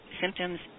symptoms